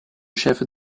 chef